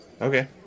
Okay